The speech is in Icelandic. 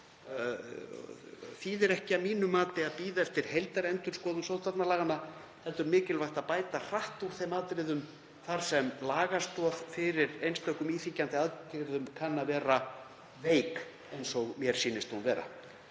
þýðir ekki að mínu mati að bíða eftir heildarendurskoðun sóttvarnalaganna heldur er mikilvægt að bæta hratt úr þeim atriðum þar sem lagastoð fyrir einstökum íþyngjandi aðgerðum kann að vera veik eins og mér sýnist hún vera.